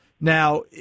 Now